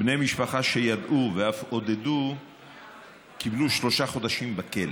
בני משפחה שידעו ואף עודדו קיבלו שלושה חודשים בכלא.